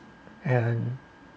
and